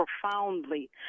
profoundly